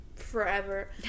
forever